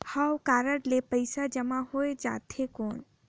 हव कारड ले पइसा जमा हो जाथे कौन?